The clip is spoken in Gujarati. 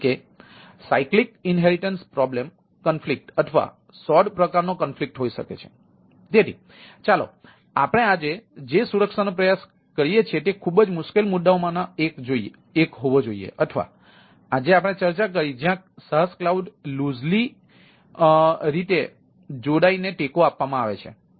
પછી સ્થાનિક ભૂમિકાઓ માટે અધિકૃત પરવાનગી ને ટેકો આપવામાં આવે છે